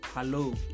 Hello